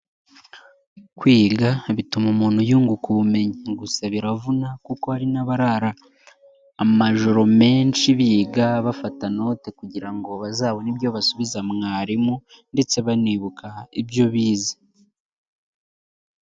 Kwiga bituma umuntu yunguka ubumenyi. Gusa biravuna, kuko hari n'abarara amajoro menshi biga, bafata note kugira ngo bazabone ibyo basubiza mwarimu ndetse banibuka ibyo bize.